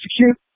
execute